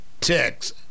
text